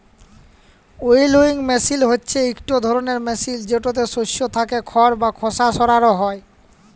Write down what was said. উইলউইং মেসিল হছে ইকট ধরলের মেসিল যেটতে শস্য থ্যাকে খড় বা খোসা সরানো হ্যয়